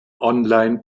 online